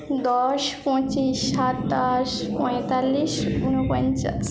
দশ পঁচিশ সাতাশ পঁয়তাল্লিশ উনপঞ্চাশ